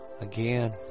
Again